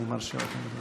אני מרשה לכם לדבר.